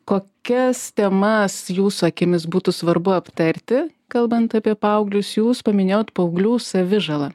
kokias temas jūsų akimis būtų svarbu aptarti kalbant apie paauglius jūs paminėjot paauglių savižalą